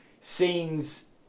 scenes